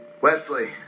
Wesley